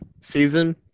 season